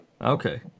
Okay